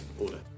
Order